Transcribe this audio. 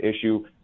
issue